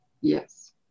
Yes